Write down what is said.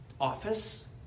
office